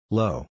low